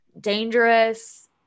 dangerous